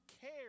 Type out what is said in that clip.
care